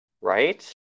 Right